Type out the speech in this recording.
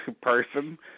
person